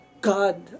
God